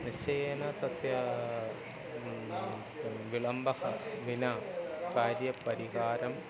निश्चयेन तस्य विलम्बं विना कार्यपरिहारम्